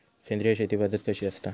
सेंद्रिय शेती पद्धत कशी असता?